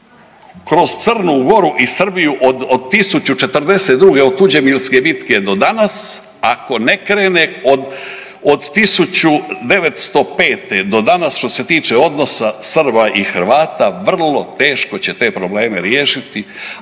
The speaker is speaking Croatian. kroz Crnu Goru i Srbiju od 1042. od Tuđemilske bitke do danas, ako ne krene od 1905. do danas, što se tiče odnosa Srba i Hrvata, vrlo teško će te probleme riješiti,